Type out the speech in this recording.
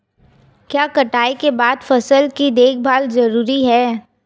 क्या कटाई के बाद फसल की देखभाल जरूरी है?